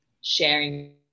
sharing